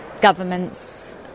governments